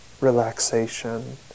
relaxation